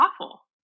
awful